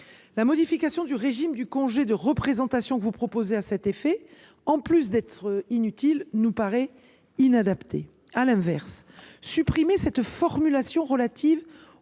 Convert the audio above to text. La modification du régime du congé de représentation que vous proposez à cet effet est non seulement inutile, mais inadaptée. À l’inverse, supprimer la formulation relative